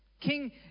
King